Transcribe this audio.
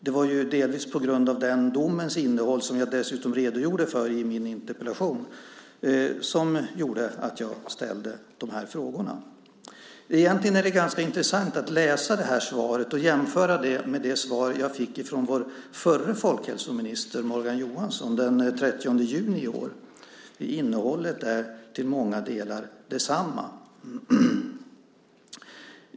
Det var delvis på grund av den domens innehåll, som jag dessutom redogjorde för i min interpellation, som jag ställde de här frågorna. Egentligen är det ganska intressant att läsa det här svaret och jämföra det med det svar som jag fick från vår förre folkhälsominister, Morgan Johansson, den 30 juni i år. Innehållet är till många delar detsamma.